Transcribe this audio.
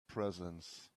presence